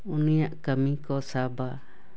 ᱩᱱᱤᱭᱟᱜ ᱠᱟᱹᱢᱤ ᱠᱚ ᱥᱟᱵᱟ